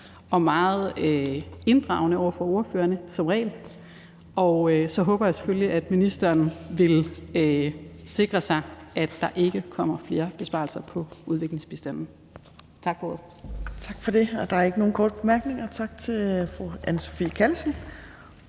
og meget inddragende over for ordførerne – som regel. Og så håber jeg selvfølgelig, at ministeren vil sikre sig, at der ikke kommer flere besparelser på udviklingsbistanden. Tak for ordet. Kl. 15:45 Tredje næstformand (Trine Torp): Tak for det.